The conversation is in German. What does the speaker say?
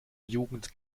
jugend